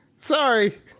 Sorry